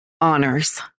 honors